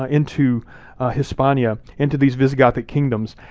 ah into hispania, into these visigothic kingdoms,